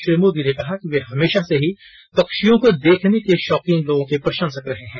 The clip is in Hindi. श्री मोदी ने कहा कि वे हमेशा से ही पक्षियों को देखने के शौकीन लोगों के प्रशंसक रहे हैं